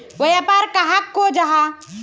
व्यापार कहाक को जाहा?